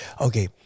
Okay